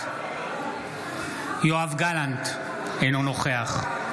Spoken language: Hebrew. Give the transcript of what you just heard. בעד יואב גלנט, אינו נוכח גילה גמליאל,